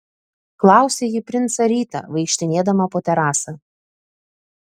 klausė ji princą rytą vaikštinėdama po terasą